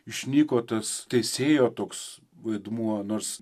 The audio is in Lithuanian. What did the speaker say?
išnyko tas teisėjo toks vaidmuo nors